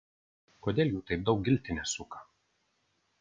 kodėl jų taip daug giltinė suka